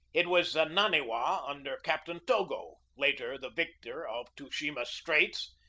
it was the naniwa under captain togo, later the victor of tsushima straits,